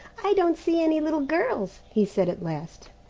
i don't see any little girls, he said at last.